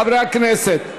חברי הכנסת,